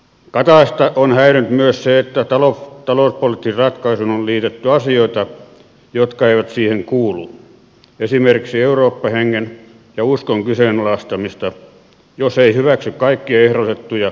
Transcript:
kataista on häirinnyt myös se että talouspoliittisiin ratkaisuihin on liitetty asioita jotka eivät siihen kuulu esimerkiksi eurooppa hengen ja uskon kyseenalaistamista jos ei hyväksy kaikkia ehdotettuja talousratkaisuja